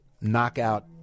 knockout